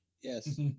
Yes